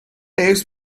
next